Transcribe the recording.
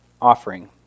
offering